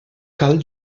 cal